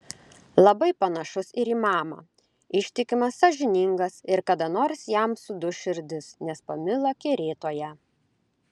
labai panašus ir į mamą ištikimas sąžiningas ir kada nors jam suduš širdis nes pamilo kerėtoją